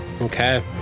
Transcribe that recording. Okay